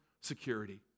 security